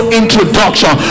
introduction